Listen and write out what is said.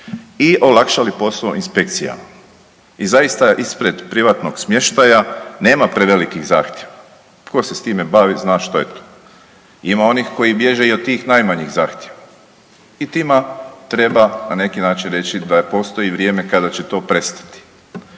i olakšali posao inspekcijama i zaista ispred privatnog smještaja nema prevelikih zahtjeva. Tko se time bavi zna se što je to. Ima onih koji bježe i od tih najmanjih zahtjeva. I tima treba na neki način reći da postoji vrijeme kada će to prestati.